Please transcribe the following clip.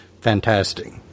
fantastic